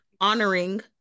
honoring